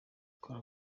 kora